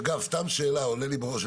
אגב, סתם שאלה שעולה לי בראש: